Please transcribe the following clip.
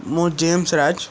ମୁଁ ଜେମ୍ସ ରାଜ